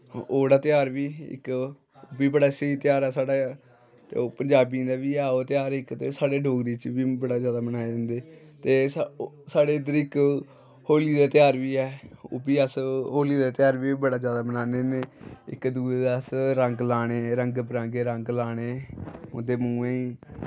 ओह्कड़ा ध्यार बी इक ओह् बी बड़े स्हेई ध्यार ऐ साढ़ै ते पंजाबियें दा बी ऐ ओह् ध्यार इक ते साढ़ा डोगरें च बी बड़ा जादा बनाया जंदा ऐ ते साढ़े इध्दर इक होली दा ध्याह्र बी ऐ ओह्बी अस होली दा ध्याह्र बी अस बड़ा जादा बनाने होनें इक दुऐ दै अस रंग लाने रंग बरंगे रंग लाने उंदे मूंहें